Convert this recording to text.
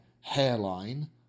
hairline